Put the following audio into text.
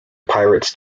pirates